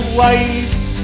waves